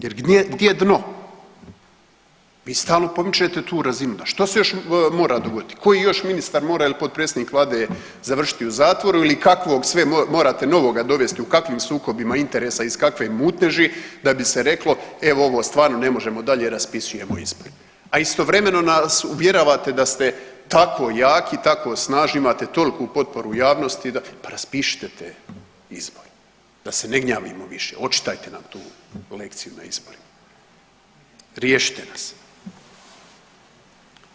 Jer gdje je dno, vi stalno pomičete tu razinu, što se još mora dogoditi, koji još ministar mora ili potpredsjednik vlade završiti u zatvoru ili kakvog sve morate novoga dovesti, u kakvim sukobima interesa i iz kakve mutneži da bi se reklo e ovo stvarno ne možemo dalje, raspisujemo izbore, a istovremeno nas uvjeravate da ste tako jako i tako snažni, imate toliku potporu u javnosti, pa raspišite te izbore da se ne gnjavimo više, očitajte nam tu lekciju na izborima, riješite nas.